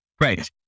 Right